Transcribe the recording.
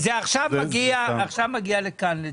אין אפליה.